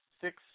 six